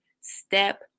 step